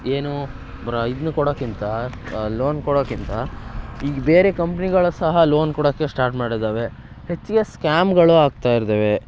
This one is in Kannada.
ಏನು ಬ್ರ ಇದ್ನ ಕೊಡೋಕ್ಕಿಂತ ಲೋನ್ ಕೊಡೋಕ್ಕಿಂತ ಈಗ ಬೇರೆ ಕಂಪ್ನಿಗಳೂ ಸಹ ಲೋನ್ ಕೊಡೋಕ್ಕೆ ಸ್ಟಾರ್ಟ್ ಮಾಡಿದ್ದಾವೆ ಹೆಚ್ಚಿಗೆ ಸ್ಕ್ಯಾಮ್ಗಳು ಆಗ್ತಾ ಇದ್ದಾವೆ